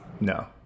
No